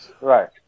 Right